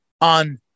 on